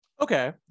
Okay